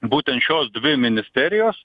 būtent šios dvi ministerijos